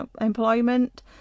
employment